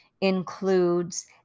includes